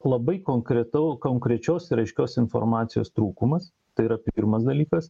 labai konkretau konkrečios ir aiškios informacijos trūkumas tai yra pirmas dalykas